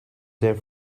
there